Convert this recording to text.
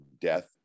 death